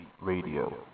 Radio